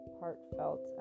heartfelt